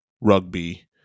Rugby